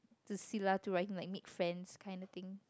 to like make friends kind of thing